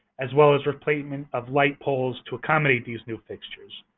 as well as replacement of light poles to accommodate these new fixtures.